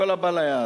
מכל הבא ליד.